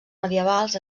medievals